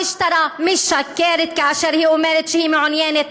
המשטרה משקרת כאשר היא אומרת שהיא מעוניינת